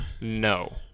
No